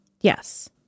yes